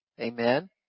Amen